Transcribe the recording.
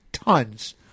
Tons